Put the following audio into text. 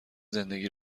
زندگی